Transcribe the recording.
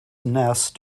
nest